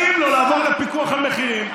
מתאים לו לעבור לפיקוח על מחירים.